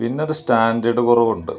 പിന്നെയൊരു സ്റ്റാൻ്റേർഡ് കുറവുണ്ട്